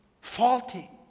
faulty